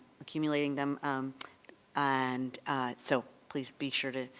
accumulating them and so please be sure to